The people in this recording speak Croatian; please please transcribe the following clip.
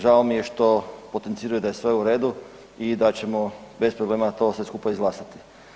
Žao mi je što potenciraju da je sve u redu i da ćemo bez problema to sve skupa izglasati.